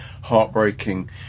heartbreaking